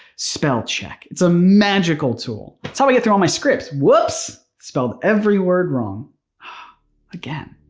spell check. it's a magical tool. it's how i get through all my scripts. whoops, spelled every word wrong again.